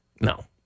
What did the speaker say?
No